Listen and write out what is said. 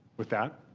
with that,